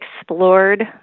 explored